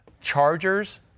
Chargers